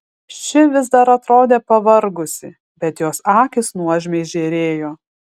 ši vis dar atrodė pavargusi bet jos akys nuožmiai žėrėjo